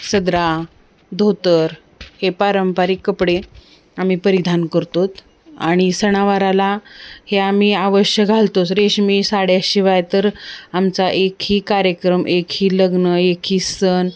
सदरा धोतर हे पारंपारिक कपडे आम्ही परिधान करतो आणि सणावाराला हे आम्ही अवश्य घालतोच रेशमी साड्याशिवाय तर आमचा एक ही कार्यक्रम एक ही लग्न एक ही सण